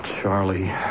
Charlie